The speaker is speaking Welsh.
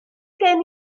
gen